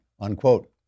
unquote